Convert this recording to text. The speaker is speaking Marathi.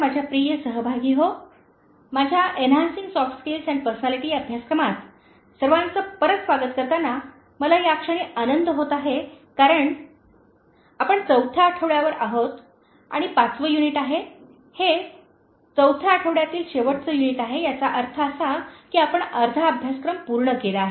माझ्या प्रिय सहभागीहो माझ्या enhancing soft skill and personality अभ्यासक्रमात सर्वांचे परत स्वागत करताना मला या क्षणीआनंद होत आहे कारण आपण चौथ्या आठवड्यावर आहोत आणि पाचवे युनिट आहे हे चौथे आठवड्यातील शेवटचे युनिट आहे याचा अर्थ असा आहे की आपण अर्धा अभ्यासक्रम पूर्ण केला आहे